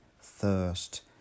thirst